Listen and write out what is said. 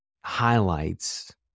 highlights